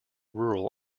rural